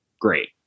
Great